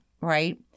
right